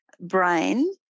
brain